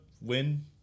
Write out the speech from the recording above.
win